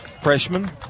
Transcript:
freshman